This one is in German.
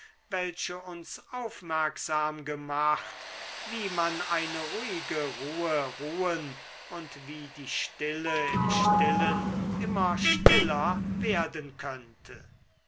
welche uns aufmerksam gemacht wie man eine ruhige ruhe ruhen und wie die stille im stillen immer stiller werden könnte